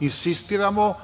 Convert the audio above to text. insistiramo